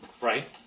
Right